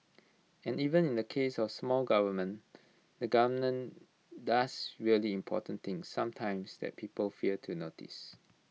and even in the case of small government the government does really important things sometimes that people fail to notice